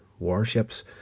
warships